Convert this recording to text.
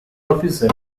officer